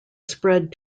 spread